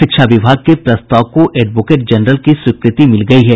शिक्षा विभाग के प्रस्ताव को एडवोकेट जनरल की स्वीकृति मिल गयी है